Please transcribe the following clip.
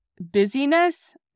Busyness